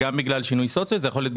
אם בגלל שינוי סוציו אקונומי,